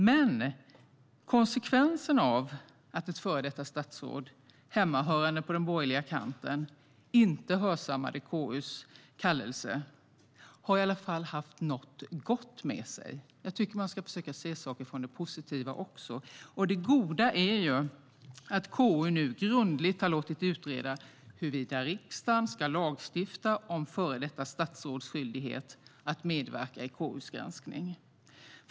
Men att ett före detta statsråd hemmahörande på den borgerliga kanten inte hörsammade KU:s kallelse har i alla fall haft något gott med sig - jag tycker att man ska försöka se saker från den positiva sidan - och det är att KU nu grundligt har låtit utreda huruvida riksdagen ska lagstifta om före detta statsråds skyldighet att medverka i KU:s granskning.